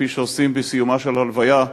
כפי שעושים בסיומה של הלוויה,